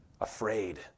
afraid